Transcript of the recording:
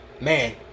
man